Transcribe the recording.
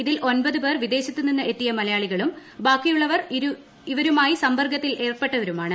ഇതിൽ ഒൻപത് പേർ വിദേശത്തുനിന്ന് എത്തിയ മലയാളികളും ബാക്കിയുള്ളവർ ഇവരുമായി സമ്പർക്കത്തിലേർപ്പെട്ടവരുമാണ്